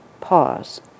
pause